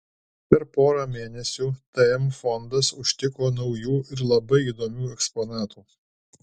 per porą mėnesių tm fondas užtiko naujų ir labai įdomių eksponatų